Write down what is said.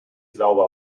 sauber